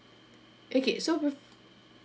okay so with